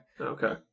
Okay